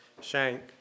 Shank